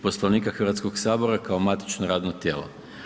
Poslovnika Hrvatskog sabora kao matično radno tijelo.